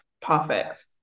perfect